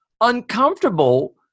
uncomfortable